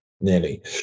nearly